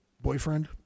boyfriend